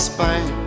Spain